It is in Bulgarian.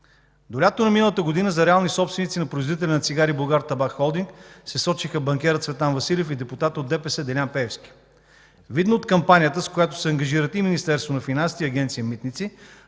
До лятото на миналата година за реални собственици на производителя на цигари „Булгартабак холдинг” се сочеха банкерът Цветан Василев и депутатът от ДПС Делян Пеевски. Видно от кампанията, с която се ангажират и Министерството на финансите, и Агенция „Митници”,